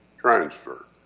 transfer